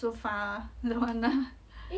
so far don't want lah